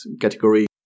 category